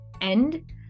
end